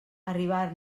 arribar